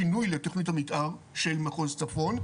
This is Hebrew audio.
שינוי לתכנית המתאר של מחוז צפון,